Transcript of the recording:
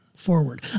forward